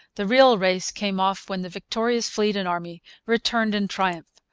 the real race came off when the victorious fleet and army returned in triumph.